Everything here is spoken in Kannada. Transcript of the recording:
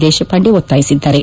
ದೇಶಪಾಂಡೆ ಒತ್ತಾಯಿಸಿದ್ದಾರೆ